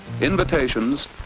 invitations